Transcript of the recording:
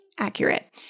Accurate